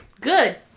Good